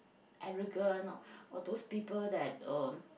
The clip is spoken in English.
arrogant or or those person that um